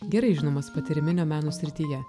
gerai žinomas patyriminio meno srityje